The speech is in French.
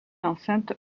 enceinte